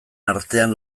artean